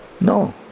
No